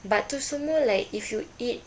but itu semua like if you eat